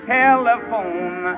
telephone